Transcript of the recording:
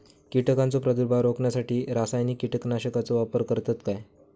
कीटकांचो प्रादुर्भाव रोखण्यासाठी रासायनिक कीटकनाशकाचो वापर करतत काय?